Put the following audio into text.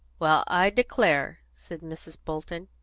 well, i declare! said mrs. bolton.